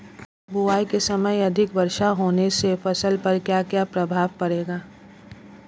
बुआई के समय अधिक वर्षा होने से फसल पर क्या क्या प्रभाव पड़ेगा?